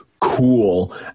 cool